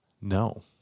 no